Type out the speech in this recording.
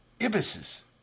ibises